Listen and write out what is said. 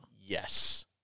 yes